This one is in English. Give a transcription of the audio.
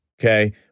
okay